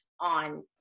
on